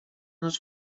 els